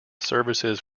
services